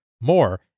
More